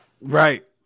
Right